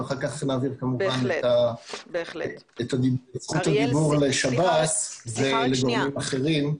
ואחר כך נעביר כמובן את זכות הדיבור לשב"ס ולגורמים אחרים.